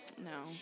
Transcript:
No